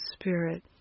spirit